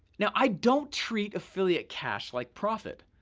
now, i don't treat affiliate cash like profit.